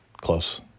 close